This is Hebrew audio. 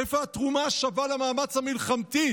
איפה התרומה השווה למאמץ המלחמתי?